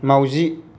माउजि